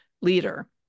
leader